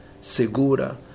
Segura